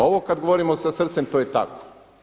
Ovo kada govorimo sa srcem to je tako.